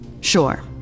Sure